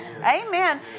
Amen